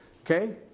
Okay